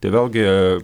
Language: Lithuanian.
tai vėlgi